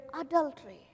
adultery